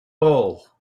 hull